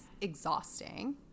exhausting